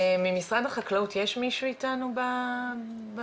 ממשרד החקלאות יש מישהו איתנו בזום?